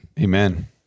Amen